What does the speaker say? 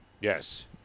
Yes